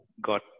got